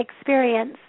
experience